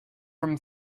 from